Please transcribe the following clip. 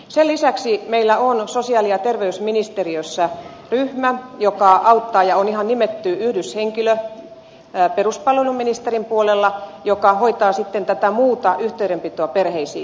sen lisäksi meillä on sosiaali ja terveysministeriössä ryhmä joka auttaa ja on ihan nimetty yhdyshenkilö peruspalveluministerin puolella joka hoitaa sitten tätä muuta yhteydenpitoa perheisiin